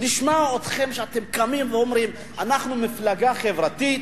נשמע אתכם קמים ואומרים: אנחנו מפלגה חברתית.